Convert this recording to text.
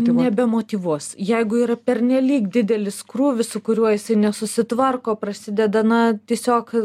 nebemotyvuos jeigu yra pernelyg didelis krūvis su kuriuo jisai nesusitvarko prasideda na tiesiog